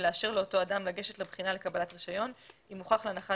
ולאשר לאותו אדם לגשת לבחינה לקבלת רישיון אם הוכח להנחת